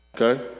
Okay